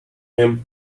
him